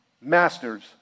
Masters